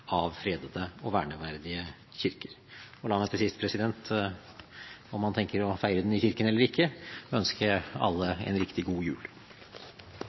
av fredede og verneverdige kirker. La meg til sist – om man tenker å feire den i kirken eller ikke – ønske alle en riktig god jul!